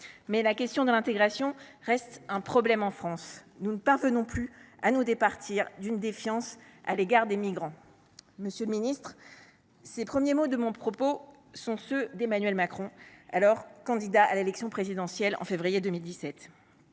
Mais la question de l’intégration reste un problème en France. Nous ne parvenons plus à nous départir d’une défiance à l’égard des migrants. » Monsieur le ministre, ces premiers mots de mon propos sont ceux d’Emmanuel Macron, alors candidat à l’élection présidentielle, en février 2017.